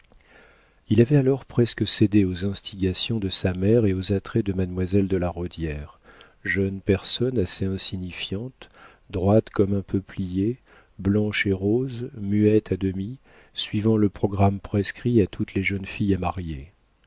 il avait alors presque cédé aux instigations de sa mère et aux attraits de mademoiselle de la rodière jeune personne assez insignifiante droite comme un peuplier blanche et rose muette à demi suivant le programme prescrit à toutes les jeunes filles à marier